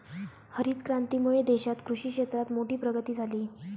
हरीत क्रांतीमुळे देशात कृषि क्षेत्रात मोठी प्रगती झाली